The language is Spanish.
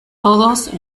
todos